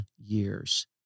years